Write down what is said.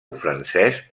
francesc